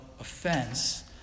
offense